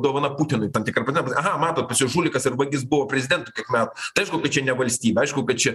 dovana putinui tam tikra prasme aha matot pas juos žulikas ir vagis buvo prezidentu kiek metu tai aišku kad čia ne valstybė aišku kad čia